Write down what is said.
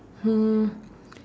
hmm